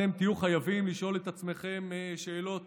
שאתם תהיו חייבים לשאול את עצמכם שאלות